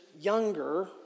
younger